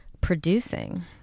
producing